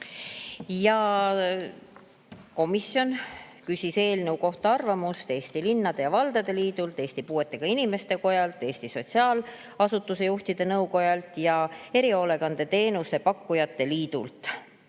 Komisjon küsis eelnõu kohta arvamust Eesti Linnade ja Valdade Liidult, Eesti Puuetega Inimeste Kojalt, Eesti Sotsiaalasutuste Juhtide Nõukojalt ja Erihoolekandeteenuste Pakkujate Liidult.